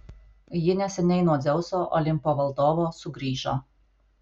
ji neseniai nuo dzeuso olimpo valdovo sugrįžo